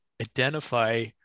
identify